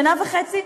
שנה וחצי.